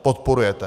Podporujete!